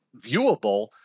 viewable